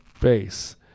base